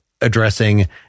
addressing